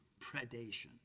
predation